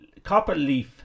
Copperleaf